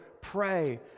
Pray